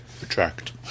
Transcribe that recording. Retract